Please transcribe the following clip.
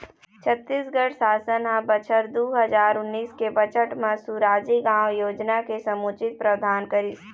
छत्तीसगढ़ सासन ह बछर दू हजार उन्नीस के बजट म सुराजी गाँव योजना के समुचित प्रावधान करिस